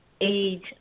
age